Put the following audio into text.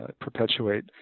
perpetuate